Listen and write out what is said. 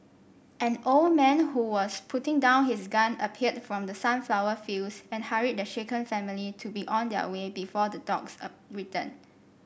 an old man who was putting down his gun appeared from the sunflower fields and hurried the shaken family to be on their way before the dogs a return